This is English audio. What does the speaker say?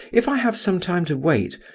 if i have some time to wait,